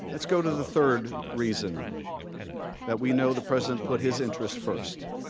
let's go to the third reason that we know the president put his interest first.